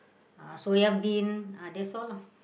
uh soya bean uh that's all lah